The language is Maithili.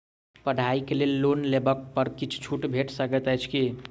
पढ़ाई केँ लेल लोन लेबऽ पर किछ छुट भैट सकैत अछि की?